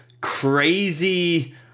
crazy